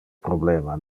problema